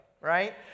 right